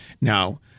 now